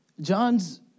John's